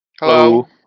Hello